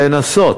שיבוא,